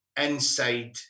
inside